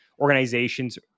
organizations